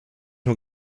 nur